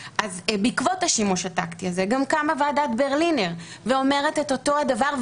בעקבות השימוש הטקטי הזה גם קמה ועדת ברלינר ואומרת את אותו הדבר,